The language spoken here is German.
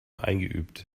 eingeübt